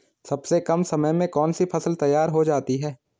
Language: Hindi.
सबसे कम समय में कौन सी फसल तैयार हो जाती है?